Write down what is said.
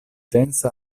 densa